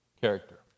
Character